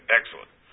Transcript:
Excellent